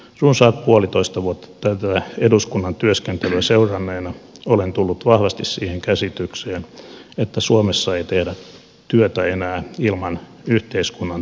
runsaat puolitoista vuotta tätä eduskunnan työskentelyä seuranneena olen tullut vahvasti siihen käsitykseen että suomessa ei tehdä työtä enää ilman yhteiskunnan tukea